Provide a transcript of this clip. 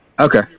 Okay